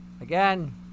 again